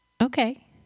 Okay